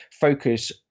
focus